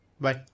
bye